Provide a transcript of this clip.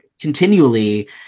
continually